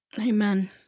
Amen